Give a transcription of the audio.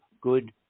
good